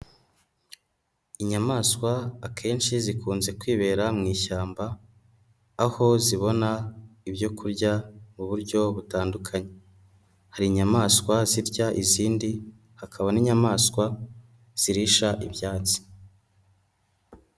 Inyamaswa akenshi zikunze kwibera mu ishyamba, aho zibona ibyokur ya mu buryo butandukanye. Hari inyamaswa zirya izindi, hakaba n'inyamaswa zirisha ibyatsi.